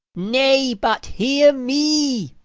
nay, but hear me.